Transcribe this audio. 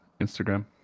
Instagram